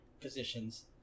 positions